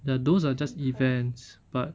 ya those are just events but